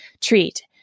treat